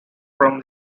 from